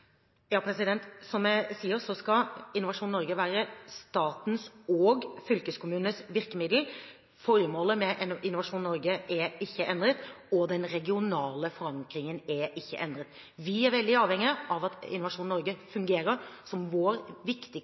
Som jeg sier, så skal Innovasjon Norge være statens og fylkeskommunenes virkemiddel. Formålet med Innovasjon Norge er ikke endret, og den regionale forankringen er ikke endret. Vi er veldig avhengig av at Innovasjon Norge fungerer som vår viktigste